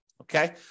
Okay